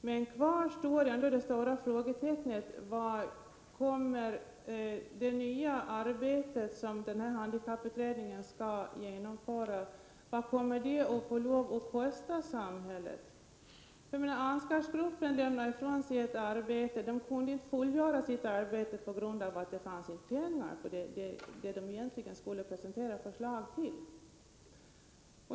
Men kvar står den stora frågan: Vad kommer det nya arbete som handikapputredningen skall genomföra att få lov att kosta samhället? Ansgargruppen lämnade ju ifrån sig sitt arbete på grund av att det inte fanns några pengar.